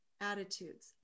attitudes